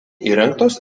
įrengtos